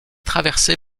traversée